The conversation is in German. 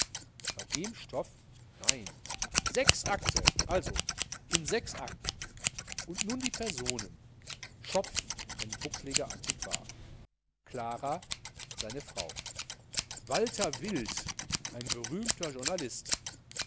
bei dem stoff nein sechs akte also in akten und nun die personen schopf ein buckliger antiquar clara seine frau walter wild ein berühmter journalist